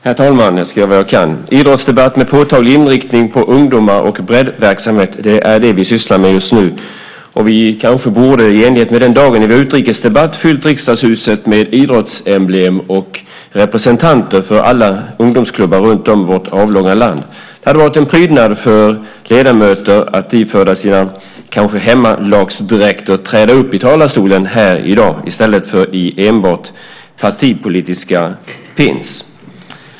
Herr talman! Idrottsdebatt med påtaglig inriktning på ungdom och breddverksamhet är vad vi sysslar med just nu. Vi borde kanske, i enlighet med dagen när vi har utrikesdebatt, ha fyllt Riksdagshuset med idrottsemblem och representanter för alla ungdomsklubbar runtom i vårt avlånga land. Det hade varit en prydnad att se ledamöterna iförda sina "hemmalags" dräkter träda upp i talarstolen i dag i stället för att vara prydda med enbart partipolitiska pins .